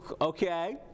Okay